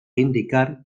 indicar